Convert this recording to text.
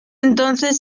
entonces